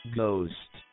Ghost